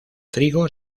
trigo